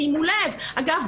אגב,